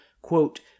quote